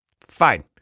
Fine